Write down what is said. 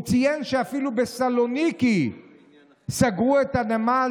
הוא ציין שאפילו בסלוניקי סגרו את הנמל